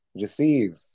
receive